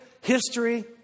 history